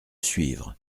suivre